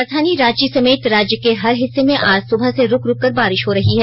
राजधानी रांची समेत राज्य के हर हिस्से में आज सुबह से रुक रुककर बारिश हो रही है